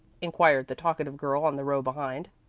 inquired the talkative girl on the row behind.